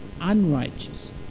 unrighteous